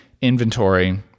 inventory